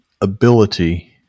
ability